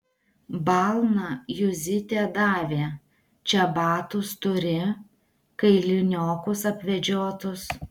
balną juzytė davė čebatus turi kailiniokus apvedžiotus